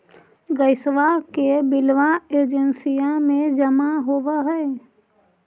गैसवा के बिलवा एजेंसिया मे जमा होव है?